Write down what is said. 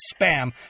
spam